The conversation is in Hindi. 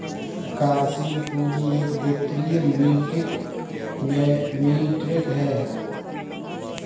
कार्यशील पूंजी एक वित्तीय मीट्रिक है